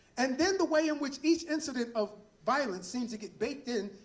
and then the way in which each incident of violence seems to get baked in.